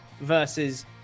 versus